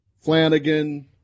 Flanagan